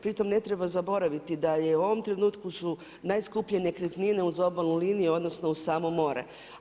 Pri tome ne treba zaboraviti da u ovom trenutku su najskuplje nekretnine uz obalnu liniju, odnosno uz samo more.